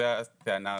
זו הטענה הראשונה.